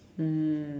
mm